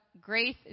Grace